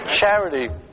charity